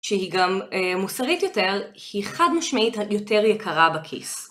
שהיא גם מוסרית יותר, היא חד משמעית יותר יקרה בכיס.